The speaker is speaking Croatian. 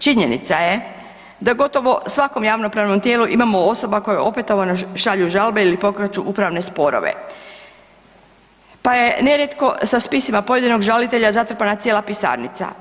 Činjenica je da u gotovo svakom javnom pravom tijelu imamo osoba koje opetovano šalju žalbe ili pokreću upravne sporove pa je nerijetko sa spisima pojedinog žalitelja zatrpana cijela pisarnica.